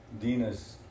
Dina's